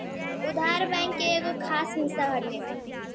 उधार, बैंक के एगो खास हिस्सा हटे